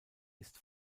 ist